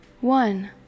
one